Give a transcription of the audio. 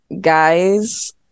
guys